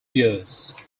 years